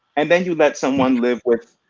and then you let someone live with.